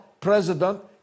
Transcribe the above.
President